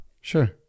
Sure